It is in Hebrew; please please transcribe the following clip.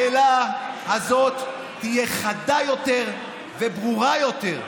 השאלה הזאת תהיה חדה יותר וברורה יותר,